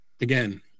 Again